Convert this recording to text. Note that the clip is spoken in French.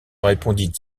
répond